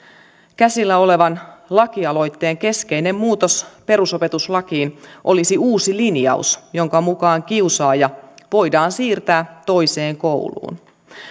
käsillä olevan lakialoitteen keskeinen muutos perusopetuslakiin olisi uusi linjaus jonka mukaan kiusaaja voidaan siirtää toiseen kouluun